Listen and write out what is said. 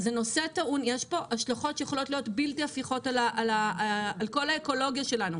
יש פה השלכות שיכולות להיות בלתי הפיכות על כל האקולוגיה שלנו,